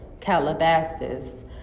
Calabasas